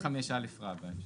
75(א) רבא אפשר.